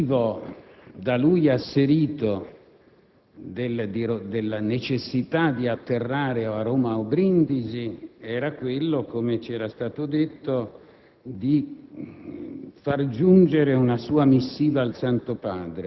Il motivo, da lui asserito, della necessità di atterrare a Roma o a Brindisi era quello - come ci era stato detto - di